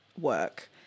work